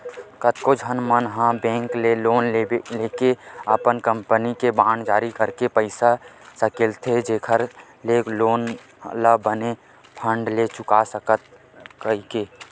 कतको झन मन ह बेंक ले लोन लेके अपन कंपनी के बांड जारी करके पइसा सकेलथे जेखर ले लोन ल बने फट ले चुका सकव कहिके